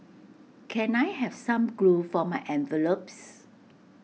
can I have some glue for my envelopes